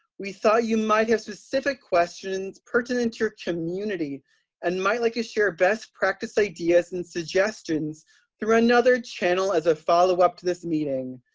we thought you might have specific questions pertinent to your community and might like to share best practice ideas and suggestions through another channel as a follow up to this meeting.